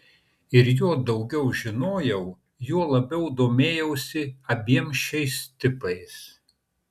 ir juo daugiau žinojau juo labiau domėjausi abiem šiais tipais